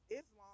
Islam